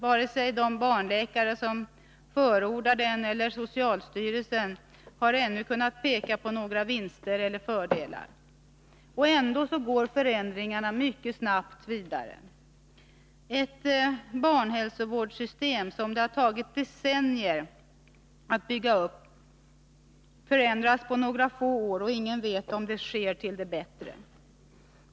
Varken de allmänläkare som förordar den eller socialstyrelsen har ännu kunnat peka på några vinster eller fördelar. Ändå går förändringarna mycket snabbt vidare. Ett barnhälsovårdssystem som det tagit decennier att bygga upp förändras på några få år, och ingen vet om det sker till det bättre.